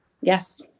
yes